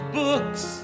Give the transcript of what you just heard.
books